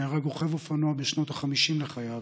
נהרג רוכב אופנוע בשנות החמישים לחייו,